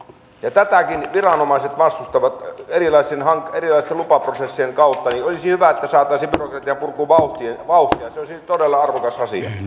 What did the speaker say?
tätäkin viranomaiset vastustavat erilaisten lupaprosessien kautta olisi hyvä että saataisiin byrokratian purkuun vauhtia vauhtia se olisi todella arvokas asia